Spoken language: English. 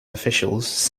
officials